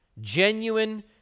genuine